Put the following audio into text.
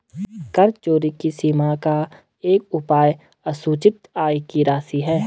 कर चोरी की सीमा का एक उपाय असूचित आय की राशि है